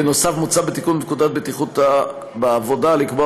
נוסף על כך מוצע בתיקון בפקודת בטיחות בעבודה לקבוע